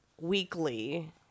weekly